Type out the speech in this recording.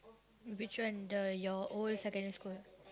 which one the your old secondary school